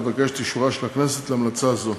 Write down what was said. אבקש את אישורה של הכנסת להמלצה זו.